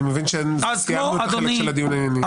מבין שסיימנו את החלק של הדיון הענייני.